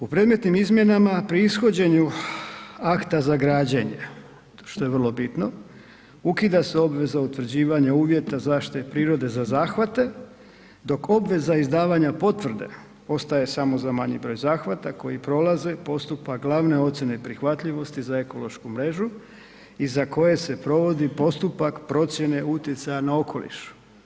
U predmetnim izmjenama pri ishođenju akta za građenje, što je vrlo bitno, ukida se obveza utvrđivanja uvjeta zaštite prirode za zahvate, dok obveza izdavanja potvrde ostaje samo za manji broj zahvata koji prolaze postupak glavne ocijene prihvatljivosti za ekološku mrežu i za koje se provodi postupak procijene utjecaja na okoliš.